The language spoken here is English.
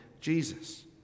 Jesus